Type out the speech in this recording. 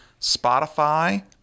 Spotify